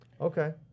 Okay